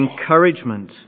encouragement